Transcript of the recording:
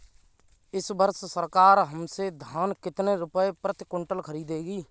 इस वर्ष सरकार हमसे धान कितने रुपए प्रति क्विंटल खरीदेगी?